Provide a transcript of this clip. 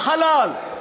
בחלל.